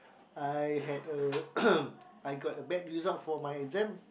I had a I got a bad result for my exam